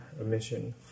emission